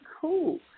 cool